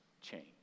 change